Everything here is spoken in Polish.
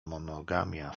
monogamia